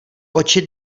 oči